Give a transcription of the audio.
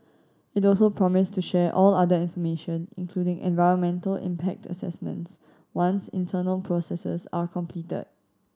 it also promised to share all other information including environmental impact assessments once internal processes are completed